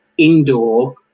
indoor